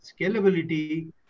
scalability